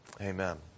Amen